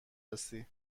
هستی